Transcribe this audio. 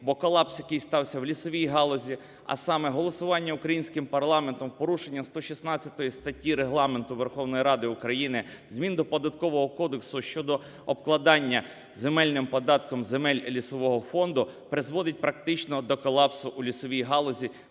бо колапс, який стався в лісовій галузі, а саме голосування українським парламентом в порушення 116 статті Регламенту Верховної Ради України змін до Податкового кодексу щодо обкладання земельним податком земель лісового фонду, призводить практично до колапсу у лісовій галузі,